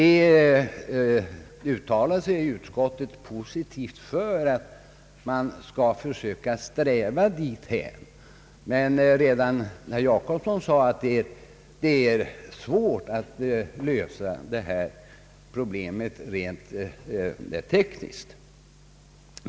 Utskottet uttalade sig positivt för att man skall försöka sträva dithän. Men herr Jacobsson sade att det är svårt att lösa detta problem rent tekniskt.